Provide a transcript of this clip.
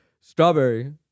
strawberry